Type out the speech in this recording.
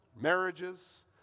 marriages